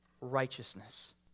Righteousness